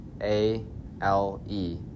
A-L-E